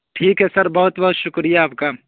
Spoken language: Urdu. ٹھیک ہے سر بہت بہت شکریہ آپ کا